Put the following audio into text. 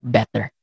better